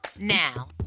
Now